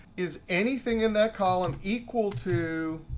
is anything in that column equal to